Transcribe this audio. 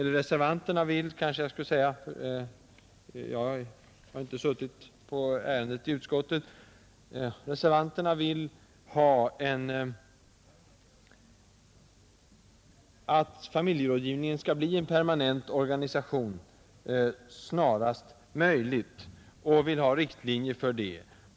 Reservanterna vill att familjerådgivningen skall bli en permanent organisation snarast möjligt, och man vill också ha riktlinjer för det.